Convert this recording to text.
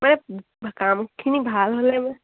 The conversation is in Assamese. মানে কামখিনি ভাল হ'লে মই